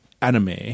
anime